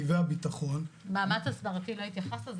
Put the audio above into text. מאמץ הסברתי לא התייחסת.